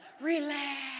Relax